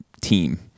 team